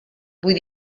vull